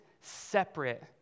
separate